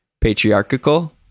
patriarchal